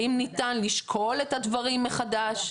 האם ניתן לשקול את הדברים מחדש,